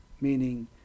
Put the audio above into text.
Meaning